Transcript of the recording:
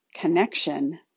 connection